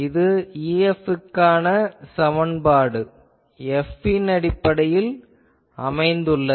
இப்போது EF க்கான சமன்பாடு F ன் அடிப்படையில் அமைந்துள்ளது